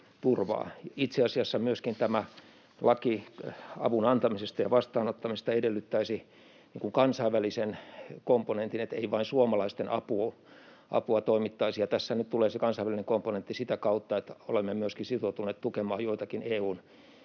Itse asiassa myöskin laki avun antamisesta ja vastaanottamisesta edellyttäisi kansainvälisen komponentin, että ei vain suomalaisten avuksi toimittaisi. Ja tässä nyt tulee se kansainvälinen komponentti sitä kautta, että olemme myöskin sitoutuneet tukemaan joitakin EU:n